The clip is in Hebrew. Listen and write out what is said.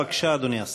בבקשה, אדוני השר.